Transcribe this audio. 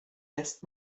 lässt